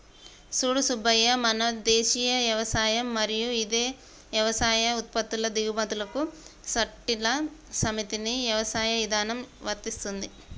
సూడు సూబ్బయ్య మన దేసీయ యవసాయం మరియు ఇదే యవసాయ ఉత్పత్తుల దిగుమతులకు సట్టిల సమితిని యవసాయ ఇధానం ఇవరిస్తుంది